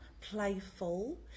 playful